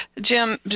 Jim